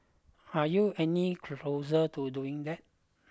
are you any closer to doing that